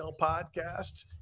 podcast